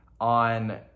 on